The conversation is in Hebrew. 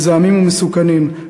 מזהמים ומסוכנים,